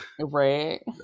Right